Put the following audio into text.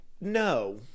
No